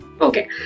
Okay